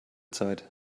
zeit